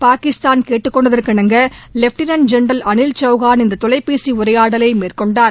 பாகிஸ்தான் கேட்டுக் கொண்டதற்கிணங்க lieutenant general Anil Chauhan இந்த தொலைபேசி உரையாடலை மேற்கொண்டார்